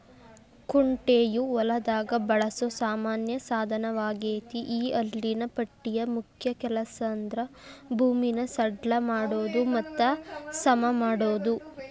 ಕುಂಟೆಯು ಹೊಲದಾಗ ಬಳಸೋ ಸಾಮಾನ್ಯ ಸಾದನವಗೇತಿ ಈ ಹಲ್ಲಿನ ಪಟ್ಟಿಯ ಮುಖ್ಯ ಕೆಲಸಂದ್ರ ಭೂಮಿನ ಸಡ್ಲ ಮಾಡೋದು ಮತ್ತ ಸಮಮಾಡೋದು